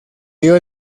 dio